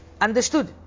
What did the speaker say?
Understood